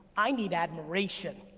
i need admiration.